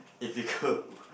if you could